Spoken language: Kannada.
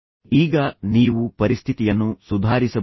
ಈಗ ನೀವು ಪರಿಸ್ಥಿತಿಯನ್ನು ಸುಧಾರಿಸಬಹುದೇ